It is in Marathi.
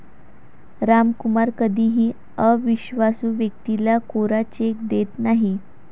रामकुमार कधीही अविश्वासू व्यक्तीला कोरा चेक देत नाही